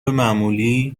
معمولی